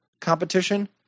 competition